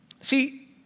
See